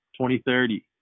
2030